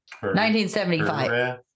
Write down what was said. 1975